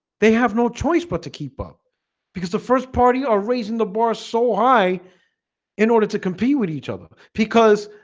they have no choice but to keep up because the first party are raising the bar so high in order to compete with each other because